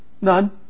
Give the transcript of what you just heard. None